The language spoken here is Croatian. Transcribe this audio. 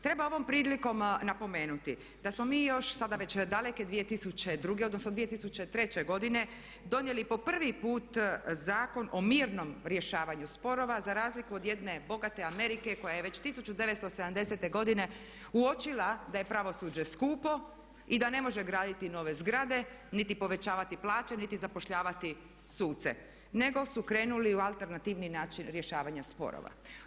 Treba ovom prilikom napomenuti da smo mi još, sada već daleke 2002. odnosno 2003. godine donijeli po prvi Zakon o mirnom rješavanju sporova za razliku od jedne bogate Amerike koja je već 1970. godine uočila da je pravosuđe skupo i da ne može graditi nove zgrade niti povećavati plaće, niti zapošljavati suce nego su krenuli u alternativni način rješavanja sporova.